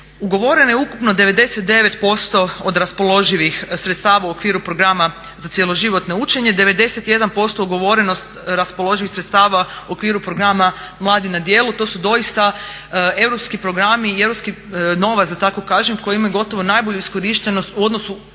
ugovoreno je ukupno 99% od raspoloživih sredstava u okviru Programa za Cjeloživotno učenje, 91% ugovorenost raspoloživih sredstava u okviru Programa Mladi na djelu, to su doista europski programi i europski novac koji ima gotovo najbolju iskorištenost u odnosu na